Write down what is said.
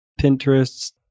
Pinterest